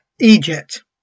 Egypt